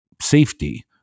safety